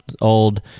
old